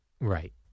Right